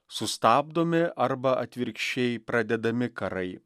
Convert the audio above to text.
sustabdomi arba atvirkščiai pradedami karai